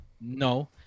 No